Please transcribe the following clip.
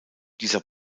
dieser